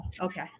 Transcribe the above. okay